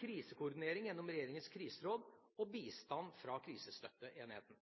krisekoordinering gjennom Regjeringens kriseråd og bistand fra Krisestøtteenheten.